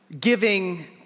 giving